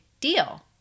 deal